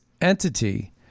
entity